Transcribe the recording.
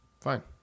Fine